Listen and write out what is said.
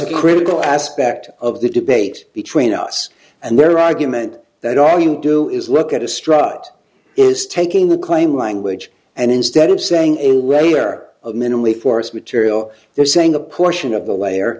is a critical aspect of the debate between us and their argument that all you do is look at a struct is taking the claim language and instead of saying a regular of minimally force material they're saying a portion of the layer